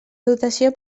dotació